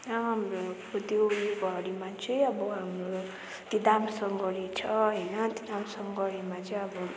हाम्रो त्यो उयो गढीमा चाहिँ अब हाम्रो त्यो दामसाङगढी छ होइन त्यो दामसाङगढीमा चाहिँ अब